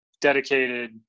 dedicated